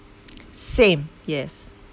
same yes